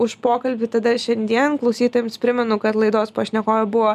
už pokalbį tada šiandien klausytojams primenu kad laidos pašnekovė buvo